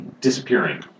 disappearing